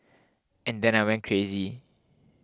and then I went crazy